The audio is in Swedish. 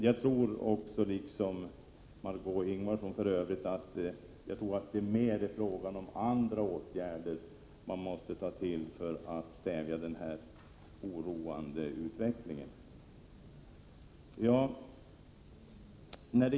Jag tror, liksom Marg6ö Ingvardsson, att det mer handlar om andra åtgärder för att stävja den här oroande utvecklingen.